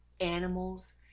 animals